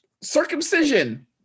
circumcision